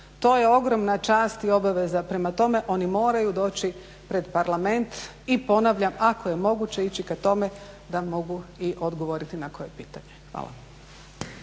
To je ogromna čast i obaveza. Prema tome, oni moraju doći pred Parlament i ponavljam ako je moguće ići ka tome da mogu i odgovoriti na koje pitanje. Hvala.